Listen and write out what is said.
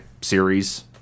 series